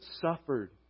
suffered